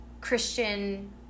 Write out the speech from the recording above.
Christian